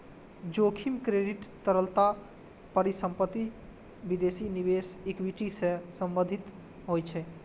जोखिम क्रेडिट, तरलता, परिसंपत्ति, विदेशी निवेश, इक्विटी सं संबंधित होइ छै